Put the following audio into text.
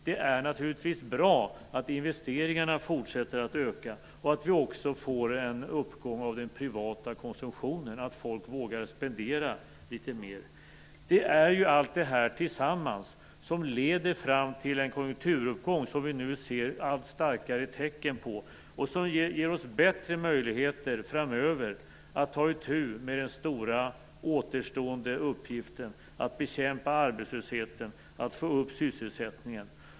Det är naturligtvis bra att investeringarna fortsätter att öka och att vi också får en uppgång av den privata konsumtionen, så att folk vågar spendera litet mer. Det är allt detta tillsammans som leder fram till en konjunkturuppgång som vi nu ser allt starkare tecken på och som ger oss bättre möjligheter framöver att ta itu med den stora återstående uppgiften att bekämpa arbetslösheten och att få upp sysselsättningen.